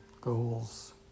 goals